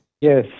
Yes